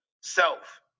Self